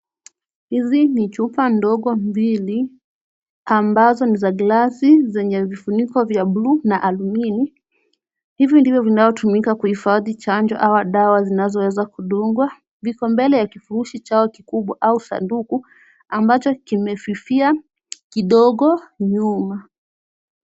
Hizi ni chupa ndogo mbili ambazo ni za gilasi zenye vifuniko vya bluu na alumini, hivi ndivyo vinatumika kuhifadhi chanjo au dawa zinazoweza kudungwa. Viko mbele ya kifurushi chao kikubwa au sanduku ambacho kimefifia kidogo nyuma.